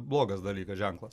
blogas dalykas ženklas